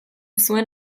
zuen